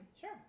Sure